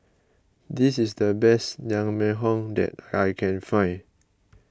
this is the best Naengmyeon that I can find